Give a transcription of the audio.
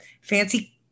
fancy